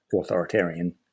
authoritarian